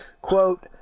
quote